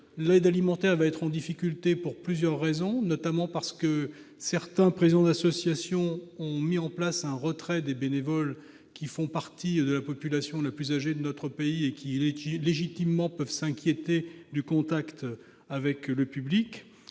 l'aide alimentaire va être en difficulté pour plusieurs raisons. D'abord, certains présidents d'association ont organisé un retrait des bénévoles, qui font partie des populations les plus âgées de notre pays, et qui, légitimement, peuvent s'inquiéter du contact avec le public.